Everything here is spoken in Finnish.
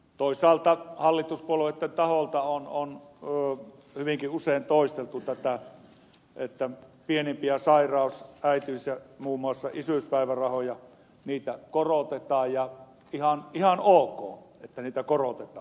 toisaalta hallituspuolueitten taholta on hyvinkin usein toisteltu tätä että pienimpiä sairaus äitiys ja muun muassa isyyspäivärahoja korotetaan ja on ihan ok että niitä korotetaan